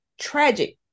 tragic